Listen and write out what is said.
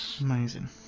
amazing